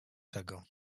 tego